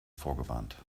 vorgewarnt